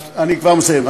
אני כבר מסיים.